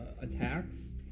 attacks